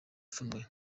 pfunwe